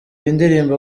indirimbo